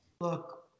look